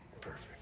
Perfect